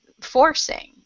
forcing